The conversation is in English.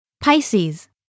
Pisces